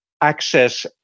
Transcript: access